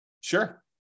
sure